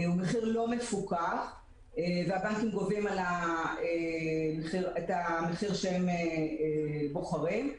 לא מפוקח והבנקים גובים את המחיר שהם בוחרים.